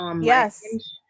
Yes